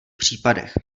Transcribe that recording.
případech